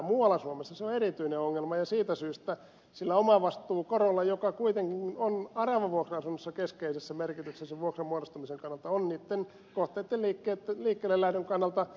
muualla suomessa se on erityinen ongelma ja siitä syystä sillä omavastuukorolla joka kuitenkin on aravavuokra asunnoissa keskeisessä merkityksessä vuokran muodostumisen kannalta on niitten kohteitten liikkeelle lähdön kannalta merkitystä